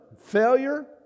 failure